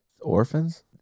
Orphans